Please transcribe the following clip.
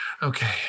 Okay